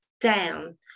down